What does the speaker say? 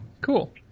Cool